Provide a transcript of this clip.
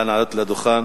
נא לעלות לדוכן